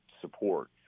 support